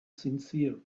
sincere